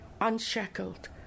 unshackled